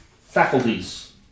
faculties